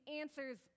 answers